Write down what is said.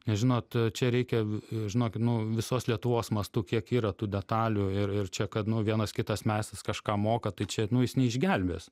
nes žinot čia reikia žinokit nu visos lietuvos mastu kiek yra tų detalių ir ir čia kad nu vienas kitas meistras kažką moka tai čia nu jis neišgelbės